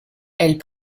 elle